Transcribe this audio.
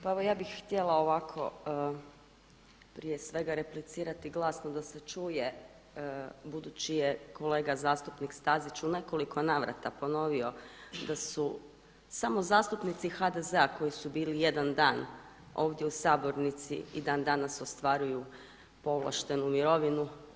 Pa ja bih htjela ovako prije svega replicirati glasno da se čuje budući da je kolega zastupnik Stazić u nekoliko navrata ponovio da su samo zastupnici HDZ-a koji su bili jedan dan ovdje u sabornici i dandanas ostvaruju povlaštenu mirovinu.